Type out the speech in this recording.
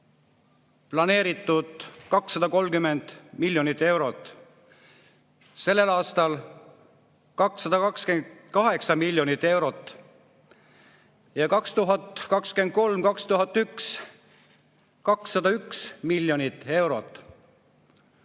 planeeritud 230 miljonit eurot, sellel aastal on 228 miljonit eurot ja 2023. aastal 201 miljonit eurot.